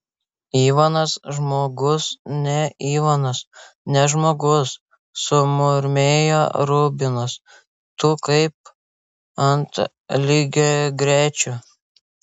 ivanas žmogus ne ivanas ne žmogus sumurmėjo rubinas tu kaip ant lygiagrečių